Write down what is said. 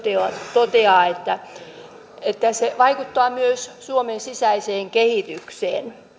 toteaa että se vaikuttaa myös suomen sisäiseen kehitykseen